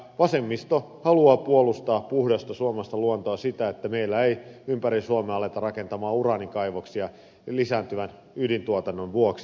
vasemmisto haluaa puolustaa puhdasta suomalaista luontoa sitä että meillä ei ympäri suomea aleta rakentaa uraanikaivoksia lisääntyvän ydintuotannon vuoksi